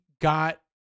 got